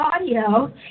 audio